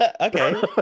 Okay